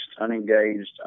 unengaged